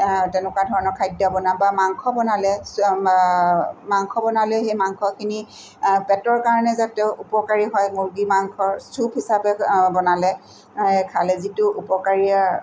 তেনেকুৱা ধৰণৰ খাদ্য বনা বা মাংস বনালে মাংস বনালে সেই মাংসখিনি পেটৰ কাৰণে যে তেওঁ উপকাৰী হয় মূৰ্গীৰ মাংসৰ চুপ হিচাপে বনালে খালে যিটো উপকাৰী